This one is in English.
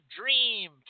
dream